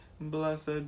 Blessed